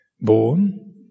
born